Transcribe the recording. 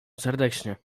serdecznie